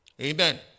Amen